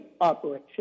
operation